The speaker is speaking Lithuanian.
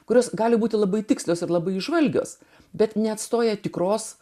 kuris gali būti labai tikslios ir labai įžvalgios bet neatstoja tikros